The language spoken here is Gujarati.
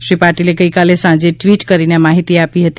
શ્રી પાટિલે ગઇકાલે સાંજે ટ્વીટ કરીને આ માહિતી આપી હતી